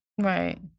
Right